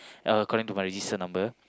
uh according to my register number